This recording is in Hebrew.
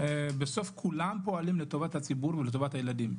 בסוף כולם פועלים לטובת הציבור ולטובת הילדים.